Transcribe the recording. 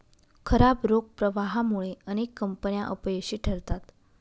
खराब रोख प्रवाहामुळे अनेक कंपन्या अपयशी ठरतात